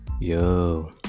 Yo